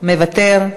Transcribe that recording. מוותר,